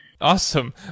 Awesome